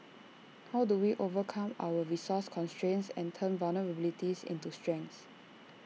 how do we overcome our resource constraints and turn vulnerabilities into strengths